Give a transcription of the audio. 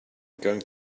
going